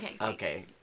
Okay